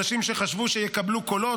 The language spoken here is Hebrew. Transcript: אנשים שחשבו שיקבלו קולות,